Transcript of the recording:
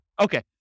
Okay